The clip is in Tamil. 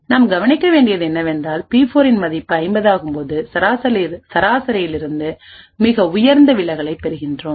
நாம் கவனிக்க வேண்டியது என்னவென்றால் பி4 இன் மதிப்பு 50 ஆகும்போது சராசரியிலிருந்து மிக உயர்ந்த விலகலைப் பெறுகிறோம்